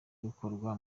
gukora